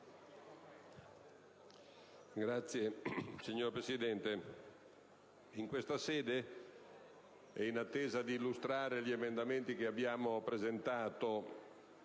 minoranza*. Signor Presidente, in questa sede e in attesa di illustrare gli emendamenti che abbiamo presentato